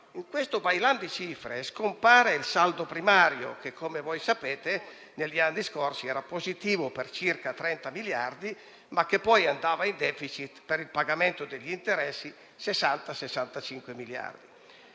In questo *bailamme* di cifre scompare il saldo primario, che, come sapete, negli anni scorsi era positivo per circa 30 miliardi, ma che poi andava in *deficit* per il pagamento degli interessi di 60-65 miliardi.